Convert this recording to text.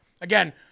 Again